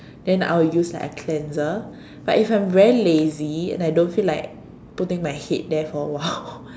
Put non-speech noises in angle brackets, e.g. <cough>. then I'll use like a cleanser but if I'm very lazy and I don't feel like putting my head there for a while <laughs>